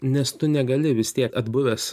nes tu negali vis tiek atbuvęs